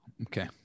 Okay